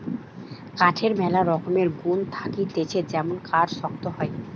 কাঠের ম্যালা রকমের গুন্ থাকতিছে যেমন কাঠ শক্ত হয়